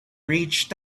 reached